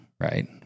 right